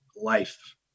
life